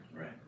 Right